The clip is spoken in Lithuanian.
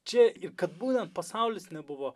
čia kad būnant pasaulis nebuvo